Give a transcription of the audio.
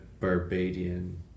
barbadian